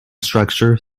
structure